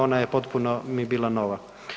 Ona je potpuno mi bila nova.